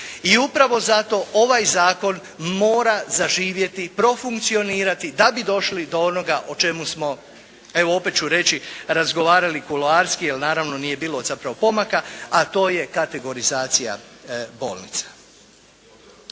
I upravo zato ovaj zakon mora zaživjeti i profunkcionirati da bi došli do onoga o čemu smo evo opet ću reći razgovarali kuloarski, jer naravno nije bilo zapravo pomaka, a to je kategorizacija bolnica.